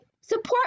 support